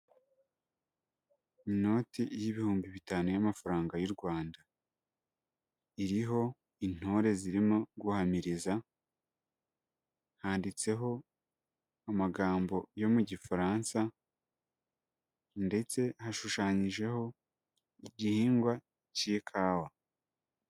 Inoti y'ibihumbi bitanu y'amafaranga y'u Rwanda, iriho intore zirimo guhamiriza, handitseho amagambo yo mu gifaransa ndetse hashushanyijeho igihingwa cy'ikawa.